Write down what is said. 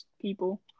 people